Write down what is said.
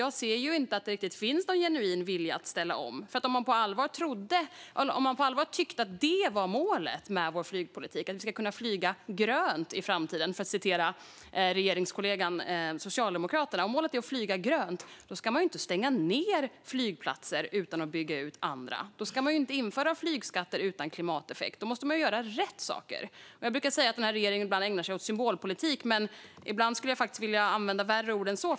Jag ser inte att det riktigt finns någon genuin vilja att ställa om, för om man på allvar tyckte att det var målet med vår flygpolitik - att vi ska kunna flyga grönt i framtiden, för att använda regeringskollegan Socialdemokraternas ord - ska man inte stänga ned flygplatser utan att bygga ut andra. Då ska man inte införa flygskatter utan klimateffekt. Man måste göra rätt saker. Jag brukar säga att den här regeringen ägnar sig åt symbolpolitik, men ibland vill jag faktiskt använda värre ord än så.